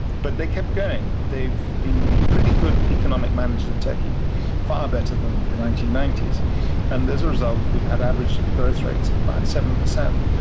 but they kept going. they've been pretty good economic managers of turkey far better than the nineteen ninety s and as a result we've had average growth rates of about seven per cent,